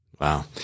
Wow